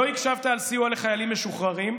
לא הקשבת על הסיוע לחיילים משוחררים,